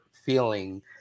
feeling